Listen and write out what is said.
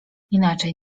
inaczej